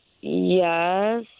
Yes